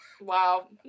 Wow